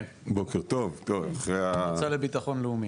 כן, המועצה לביטחון לאומי.